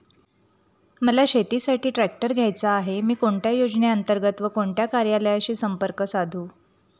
मला शेतीसाठी ट्रॅक्टर घ्यायचा आहे, मी कोणत्या योजने अंतर्गत व कोणत्या कार्यालयाशी संपर्क साधू?